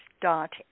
dot